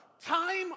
time